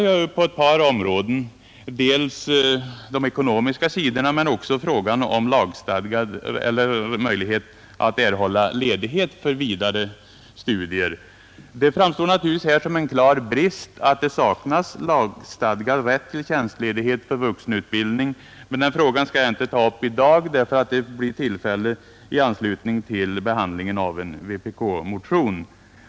Jag pekade också på de ekonomiska sidorna och på frågan om möjlighet att erhålla ledighet för vidare studier. Det framstår naturligtvis som en klar brist att det saknas lagstadgad rätt till tjänstledighet för vuxenutbildning, men den frågan skall jag inte ta upp i dag eftersom det blir tillfälle att diskutera den i anslutning till en vpk-motion.